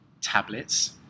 tablets